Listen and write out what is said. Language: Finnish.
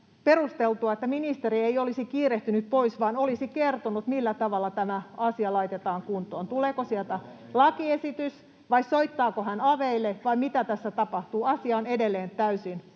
perusteltua, että ministeri ei olisi kiirehtinyt pois vaan olisi kertonut, millä tavalla tämä asia laitetaan kuntoon. Tuleeko sieltä lakiesitys, vai soittaako hän aveille, vai mitä tässä tapahtuu? Asia on edelleen täysin auki.